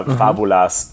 fabulas